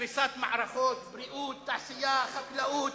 קריסת מערכות, בריאות, תעשייה, חקלאות,